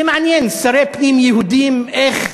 זה מעניין, שרי פנים יהודים, איך